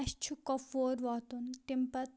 اَسہِ چھُ کۄپوور واتُن تمہِ پَتہٕ